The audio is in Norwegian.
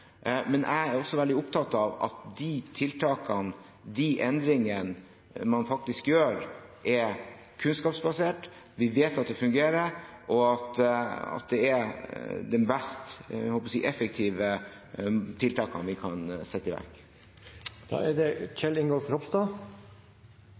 men jeg er også veldig opptatt av at de tiltakene og endringene man faktisk gjør, er kunnskapsbasert, at vi vet de fungerer, og at de er de mest effektive tiltakene vi kan sette i verk. Dette er